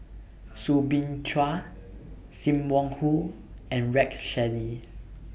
Soo Bin Chua SIM Wong Hoo and Rex Shelley